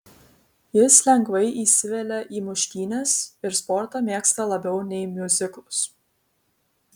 jis lengvai įsivelia į muštynes ir sportą mėgsta labiau nei miuziklus